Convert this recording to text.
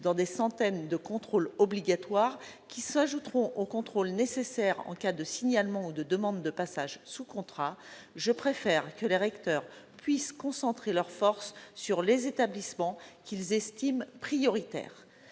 entre des centaines de contrôles obligatoires, qui s'ajouteront aux contrôles requis en cas de signalement ou de demande de passage sous contrat, je préfère que les recteurs puissent concentrer leurs moyens sur les établissements qu'ils estiment prioritaires.